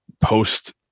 post